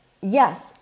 Yes